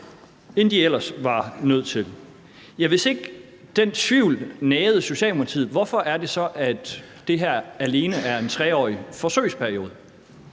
det, de ellers var nødt til at tage, ja, hvis ikke den tvivl nagede Socialdemokratiet, hvorfor er det så, at det her alene er en 3-årig forsøgsperiode?